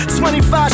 25